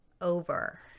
over